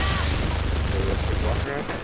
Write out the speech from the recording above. and yeah, just for a little quick walk around.